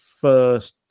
first